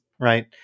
right